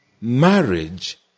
marriage